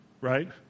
Right